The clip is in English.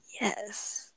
Yes